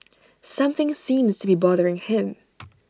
something seems to be bothering him